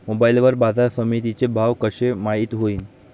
Mobile वर बाजारसमिती चे भाव कशे माईत होईन?